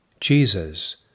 Jesus